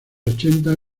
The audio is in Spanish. ochenta